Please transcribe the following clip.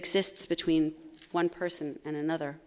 exists between one person and another